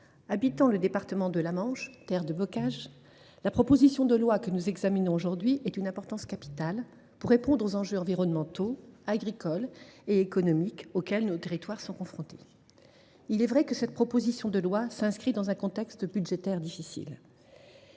habitant le département de la Manche, terre de bocage, je suis convaincue que ce texte est d’une importance capitale pour répondre aux enjeux environnementaux, agricoles et économiques auxquels nos territoires sont confrontés. Il est vrai que cette proposition de loi s’inscrit dans un contexte budgétaire difficile.